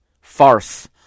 farce